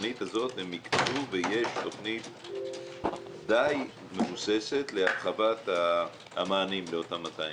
בתכנית הזאת הם התקדמו ויש תכנית די מבוססת להרחבת המענים לאותם ילדים.